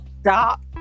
stop